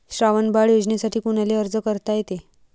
श्रावण बाळ योजनेसाठी कुनाले अर्ज करता येते?